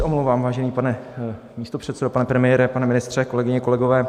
Omlouvám se, vážený pane místopředsedo, pane premiére, pane ministře, kolegyně, kolegové.